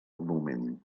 moment